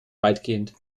weitgehend